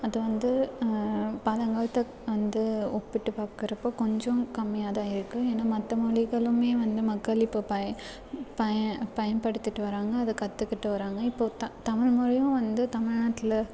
அது வந்து பழங்காலத்த வந்து ஒப்பிட்டு பாக்கிறப்போ கொஞ்சம் கம்மியாக தான் இருக்கு ஏன்னா மற்ற மொழிகளுமே வந்து மக்கள் இப்போது பயன்படுத்திட்டு வர்றாங்க அதை கற்றுக்கிட்டு வர்றாங்க இப்போது தமிழ் மொழியும் வந்து தமிழ்நாட்டுல